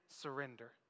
surrender